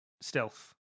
stealth